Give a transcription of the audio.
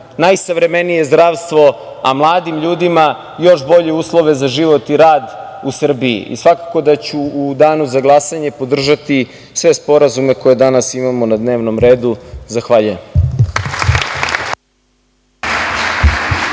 najsavremenije zdravstvo, a mladim ljudima još bolje uslove za život i rad u Srbiji. Svakako da ću u danu za glasanje podržati sve sporazume koje danas imamo na dnevnom redu. Zahvaljujem.